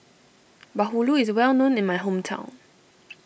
Bahulu is well known in my hometown